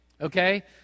Okay